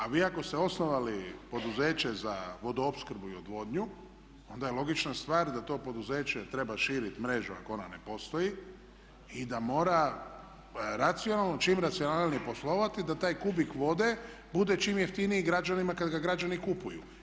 A vi ako ste osnovali poduzeće za vodoopskrbu i odvodnju onda je logična stvar da to poduzeće treba širiti mrežu ako ona ne postoji i da mora racionalno, čim racionalnije poslovati da taj kubik vode bude čim jeftiniji građanima kada ga građani kupuju.